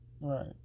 Right